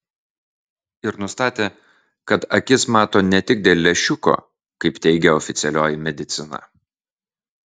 ir nustatė kad akis mato ne tik dėl lęšiuko kaip teigia oficialioji medicina